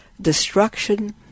destruction